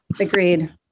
Agreed